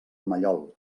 mallol